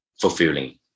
fulfilling